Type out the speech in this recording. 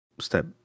step